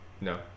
No